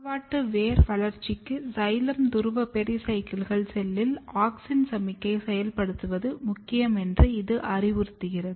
பக்கவாட்டு வேர் வளர்ச்சிக்கு சைலம் துருவ பெரிசைக்கிள்கள் செல்லில் ஆக்ஸின் சமிக்ஞையை செயல்படுத்துவது முக்கியம் என்று இது அறிவுறுத்துகிறது